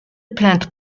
plaintes